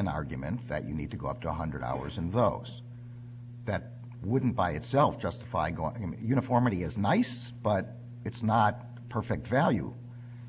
an argument that you need to go up to one hundred hours and those that wouldn't by itself justify going into uniformity is nice but it's not perfect value